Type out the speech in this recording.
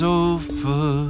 over